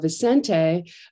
Vicente